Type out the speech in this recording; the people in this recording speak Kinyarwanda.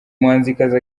muhanzikazi